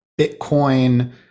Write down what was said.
Bitcoin